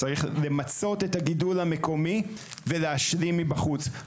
צריך למצות את הגידול המקומי ולהשלים מבחוץ.